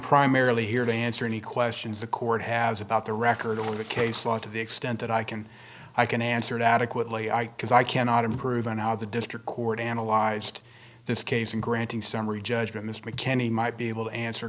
primarily here to answer any questions the court has about the record or the case law to the extent that i can i can answer it adequately because i cannot improve on how the district court analyzed this case in granting summary judgment mr mccann he might be able to answer